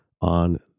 on